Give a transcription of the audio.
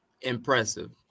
Impressive